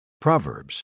Proverbs